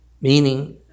meaning